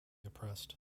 oppressed